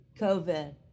COVID